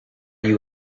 you